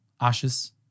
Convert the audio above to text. ashes